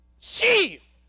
chief